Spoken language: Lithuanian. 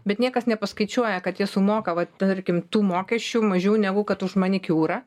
bet niekas nepaskaičiuoja kad jie sumoka va tarkim tų mokesčių mažiau negu kad už manikiūrą